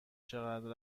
چقدر